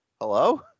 Hello